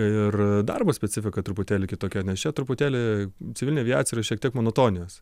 ir darbo specifika truputėlį kitokia nes čia truputėlį civilinėj aviacijoj yra šiek tiek monotonijos